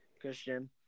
Christian